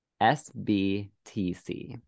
SBTC